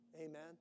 Amen